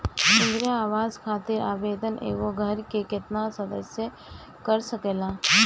इंदिरा आवास खातिर आवेदन एगो घर के केतना सदस्य कर सकेला?